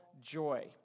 joy